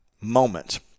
moment